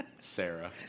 Sarah